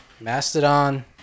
Mastodon